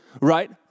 right